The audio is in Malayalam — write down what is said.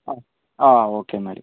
ആ ആ ഓക്കെ എന്നാൽ